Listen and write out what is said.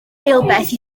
eilbeth